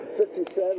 57